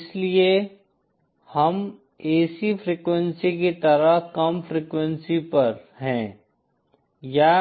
इसलिए हम AC frequency की तरह कम फ्रीक्वेंसी पर हैं या